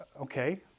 Okay